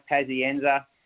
Pazienza